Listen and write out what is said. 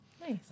Nice